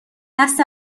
دست